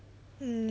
mm